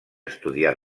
estudiar